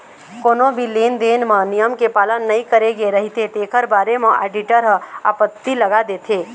कोनो भी लेन देन म नियम के पालन नइ करे गे रहिथे तेखर बारे म आडिटर ह आपत्ति लगा देथे